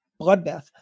bloodbath